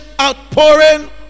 outpouring